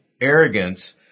arrogance